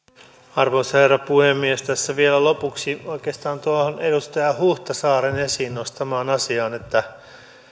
arvoisa herra puhemies tässä vielä lopuksi oikeastaan tuohon edustaja huhtasaaren esiin nostamaan asiaan että